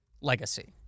legacy